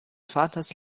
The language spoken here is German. vaters